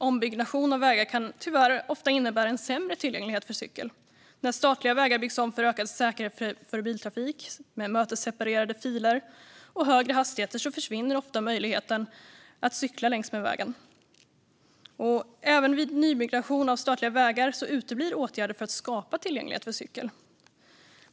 Ombyggnation av vägar kan tyvärr ofta innebära en sämre tillgänglighet för cykel. När statliga vägar byggs om för ökad säkerhet för biltrafik med mötesseparerade filer och högre hastigheter försvinner ofta möjligheten att cykla längs med vägen. Även vid nybyggnation av statliga vägar uteblir åtgärder för att skapa tillgänglighet för cykel.